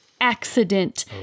accident